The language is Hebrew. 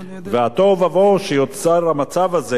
והמצב הזה